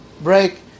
break